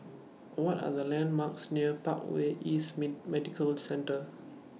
What Are The landmarks near Parkway East Medical Centre